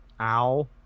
Ow